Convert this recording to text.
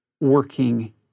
working